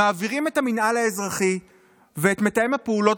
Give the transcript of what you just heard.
מעבירים את המינהל האזרחי ואת מתאם הפעולות